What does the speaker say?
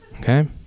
okay